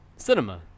cinema